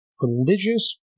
religious